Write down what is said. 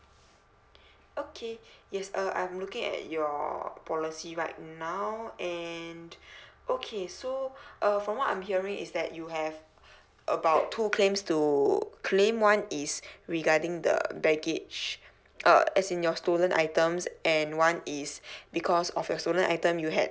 okay yes uh I'm looking at your policy right now and okay so uh from what I'm hearing is that you have about two claims to claim one is regarding the baggage uh as in your stolen items and one is because of your stolen item you had